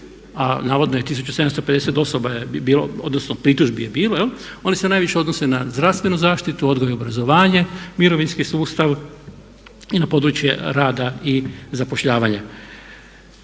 a navodno je 1750 osoba je bilo, odnosno pritužbi je bilo oni se najviše odnose na zdravstvenu zaštitu, odgoj i obrazovanje, mirovinski sustav i na područje rada i zapošljavanja.